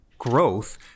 growth